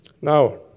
Now